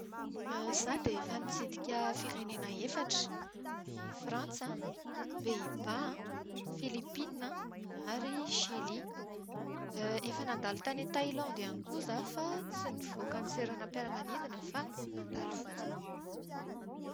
Izaho dia efa nitsidika firenena efatra: i Frantsa, Pays-Bas, Filipina ary Chili. Efa nandalo tany Thaïland ihany koa izaho fa tsy nivoaka ny seranam-piaramanidina fa nandalo fotsiny.